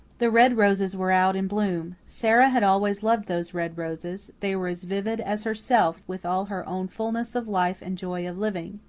the red roses were out in bloom. sara had always loved those red roses they were as vivid as herself, with all her own fullness of life and joy of living.